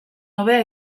hobea